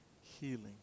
healing